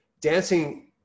Dancing